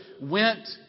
went